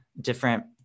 different